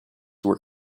were